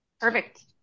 Perfect